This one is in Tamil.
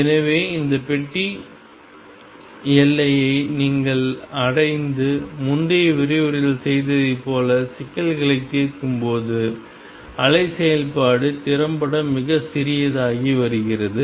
எனவே இந்த பெட்டி எல்லையை நீங்கள் அடைந்து முந்தைய விரிவுரையில் செய்ததைப் போல சிக்கலைத் தீர்க்கும் போது அலை செயல்பாடு திறம்பட மிகச் சிறியதாகி வருகிறது